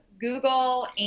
google